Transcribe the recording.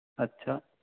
আচ্ছা